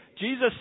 Jesus